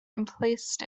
emplaced